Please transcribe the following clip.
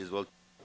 Izvolite.